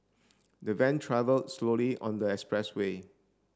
the van travelled slowly on the expressway